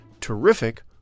terrific